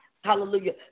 hallelujah